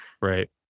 right